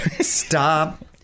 Stop